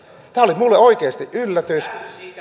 tämä oli minulle oikeasti yllätys